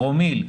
פרומיל,